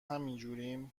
همین